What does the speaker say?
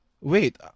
wait